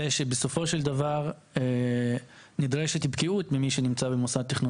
שבסופו של דבר נדרשת בקיאות למי שנמצא במוסד תכנון.